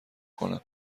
کنم